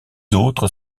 autres